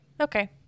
okay